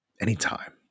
Anytime